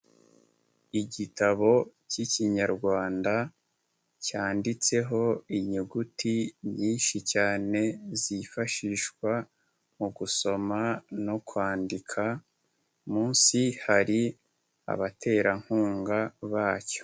Igitabo k'Ikinyarwanda, cyanditseho inyuguti nyinshi cyane zifashishwa mu gusoma no kwandika, munsi hari abaterankunga bacyo.